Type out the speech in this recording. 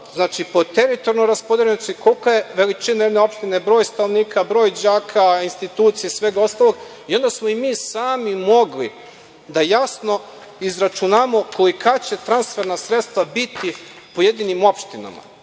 davao po teritorijalnoj raspodeljenosti, kolika je veličina jedne opštine, broj stanovnika, broj đaka, institucija i svega ostalog i onda smo i mi sami mogli da jasno izračunamo kolika će transferna sredstva biti u pojedinim opštinama.